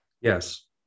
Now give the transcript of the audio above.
Yes